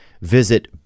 Visit